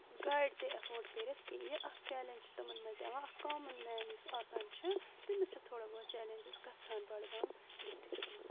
گاڑِ تہِ ایٚفٲڈ کرتھ کیٚنٛہہ یہِ اکھ چیٚلینج چھ تمن منٛز یوان اکھ کامن مین یُس آسان چھ تٔمس چھ تھوڑا بہت چیٚلینجِس گژھان بڈگام ڈسٹرکس منٛز